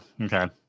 Okay